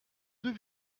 deux